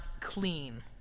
clean